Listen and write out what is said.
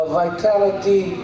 vitality